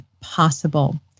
possible